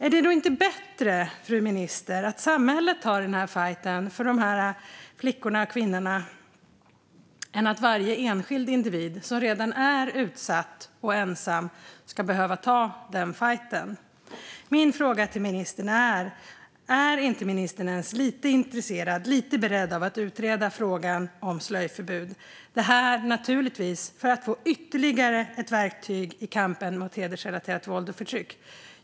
Är det inte bättre, fru minister, att samhället tar fajten för dessa flickor och kvinnor än att varje enskild individ som redan är utsatt och ensam ska behöva ta den? Min fråga till ministern är: Är ministern inte ens lite intresserad av och beredd att utreda frågan om slöjförbud? Det handlar naturligtvis om att få ytterligare ett verktyg i kampen mot hedersrelaterat våld och förtryck.